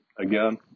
again